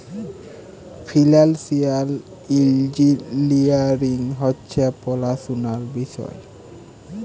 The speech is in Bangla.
ফিল্যালসিয়াল ইল্জিলিয়ারিং হছে পড়াশুলার বিষয়